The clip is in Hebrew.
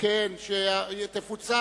חלוקת הצעת